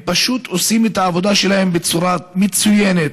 הם פשוט עושים את העבודה שלהם בצורה מצוינת.